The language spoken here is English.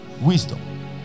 Wisdom